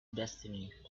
destiny